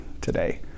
today